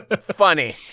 Funny